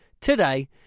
today